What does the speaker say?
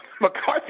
McCarthy